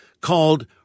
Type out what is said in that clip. called